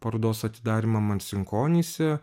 parodos atidarymą marcinkonyse